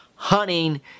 hunting